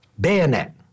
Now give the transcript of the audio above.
bayonet